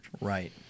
Right